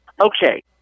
okay